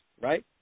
right